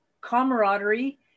camaraderie